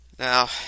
Now